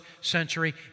century